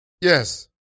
Yes